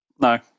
No